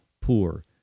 poor